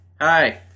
Hi